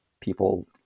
people